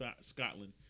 Scotland